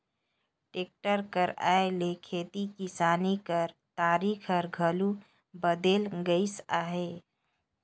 tractor कर आए ले खेती किसानी कर तरीका हर घलो बदेल गइस अहे